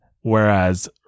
Whereas